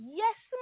yes